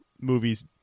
movies